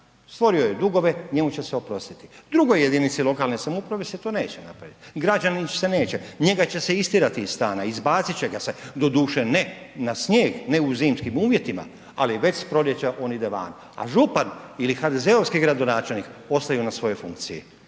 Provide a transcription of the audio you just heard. stvorio je dugove, njemu će se oprostiti, drugoj jedinici lokalne samouprave se to neće napravit, građaninu se neće, njega će se istjerati iz stana, izbacit će ga se, doduše ne na snijeg, ne u zimskim uvjetima, ali već s proljeća on ide van, a župan ili HDZ-ovski gradonačelnik ostaju na svojoj funkciji